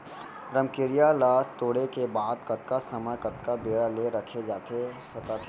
रमकेरिया ला तोड़े के बाद कतका समय कतका बेरा ले रखे जाथे सकत हे?